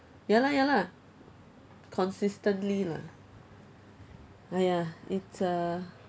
ya lah ya lah consistently lah !aiya! it's a